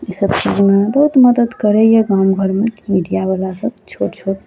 ईसब चीजमे बहुत मदति करइए गाँव घरमे मीडियावला सब छोट छोट